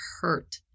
hurt